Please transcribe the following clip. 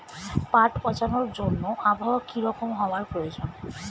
পাট পচানোর জন্য আবহাওয়া কী রকম হওয়ার প্রয়োজন?